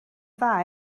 dda